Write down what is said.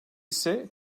ise